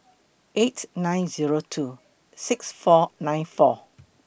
eight nine Zero two six four nine four